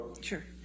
Sure